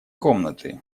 комнаты